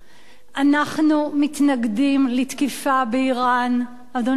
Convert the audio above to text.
אנחנו מתנגדים לתקיפה באירן, אדוני היושב-ראש,